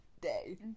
day